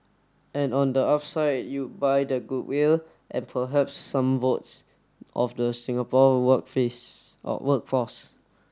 and on the upside you buy the goodwill and perhaps some votes of the Singapore work face workforce